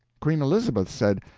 queen elizabeth said,